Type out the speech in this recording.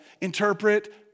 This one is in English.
interpret